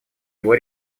его